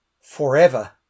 forever